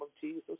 Jesus